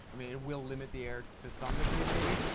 i mean, it will limit the air to some degree, maybe.